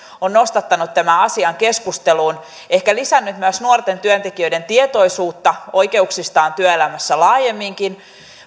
on nostattanut tämän asian keskusteluun ehkä lisännyt myös nuorten työntekijöiden tietoisuutta oikeuksistaan työelämässä laajemminkin